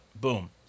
Boom